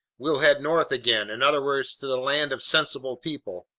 we'll head north again, in other words, to the land of sensible people.